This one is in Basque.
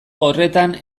horretan